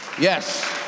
Yes